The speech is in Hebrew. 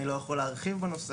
אני לא יכול להרחיב בנושא,